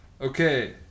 okay